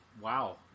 wow